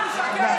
תודה.